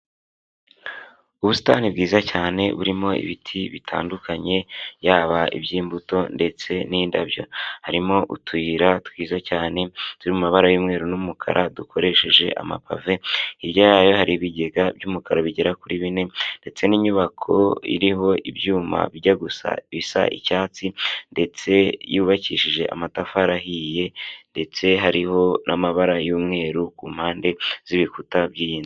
Ubusitani bwiza cyane burimo ibiti bitandukanye yaba iby'imbuto ndetse n'indabyo, harimo utuyira twiza cyane turi mabara y'umweru n'umukara dukoresheje amapafe, hirya yayo hari ibigega by'umukara bigera kuri bine ndetse n'inyubako iriho ibyuma bijya gusa bisa icyatsi ndetse yubakishije amatafari ahiye ndetse hariho n'amabara y'umweru ku mpande z'ibikuta by'iyi nzu.